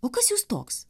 o kas jūs toks